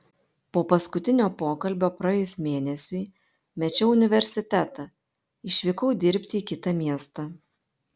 po paskutinio pokalbio praėjus mėnesiui mečiau universitetą išvykau dirbti į kitą miestą